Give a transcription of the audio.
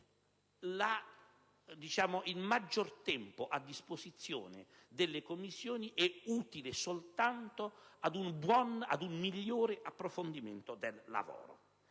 Quindi, il maggior tempo a disposizione delle Commissioni è utile soltanto ad un migliore approfondimento del lavoro.